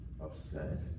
upset